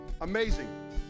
Amazing